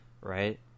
right